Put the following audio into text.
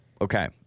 Okay